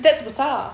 that's besar